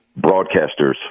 broadcasters